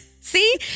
See